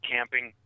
Camping